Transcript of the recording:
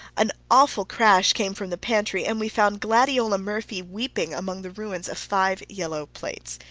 an awful crash came from the pantry, and we found gladiola murphy weeping among the ruins of five yellow plates.